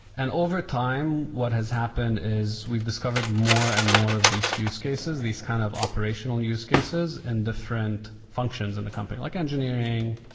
and overtime what has happened is we've discovered more and more of these use cases, these kind of operational use cases in different functions in the company, like engineering,